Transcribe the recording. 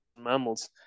mammals